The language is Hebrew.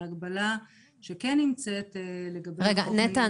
ההגבלה שכן נמצאת לגבי --- נטע,